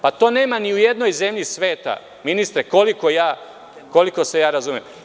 Pa to nema ni u jednoj zemlji sveta, ministre koliko se ja razumem.